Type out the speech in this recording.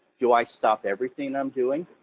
do i stop everything i'm doing,